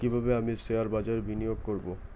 কিভাবে আমি শেয়ারবাজারে বিনিয়োগ করবে?